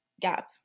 gap